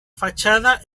fachada